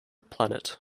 planet